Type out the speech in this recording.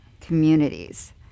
communities